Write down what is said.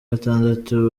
gatandatu